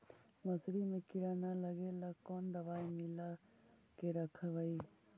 मसुरी मे किड़ा न लगे ल कोन दवाई मिला के रखबई?